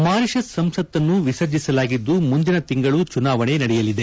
Mauritius ಸಂಸತ್ತನ್ನು ವಿಸರ್ಜಿಸಲಾಗಿದ್ದು ಮುಂದಿನ ತಿಂಗಳು ಚುನಾವಣೆ ನಡೆಯಲಿದೆ